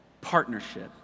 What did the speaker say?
partnership